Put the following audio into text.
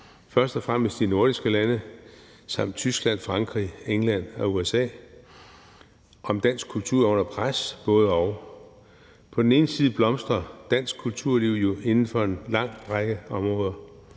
først og fremmest de nordiske lande samt Tyskland, Frankrig, England og USA. Er dansk kultur under pres? Både-og. På den ene side blomstrer dansk kulturliv jo inden for en lang række områder,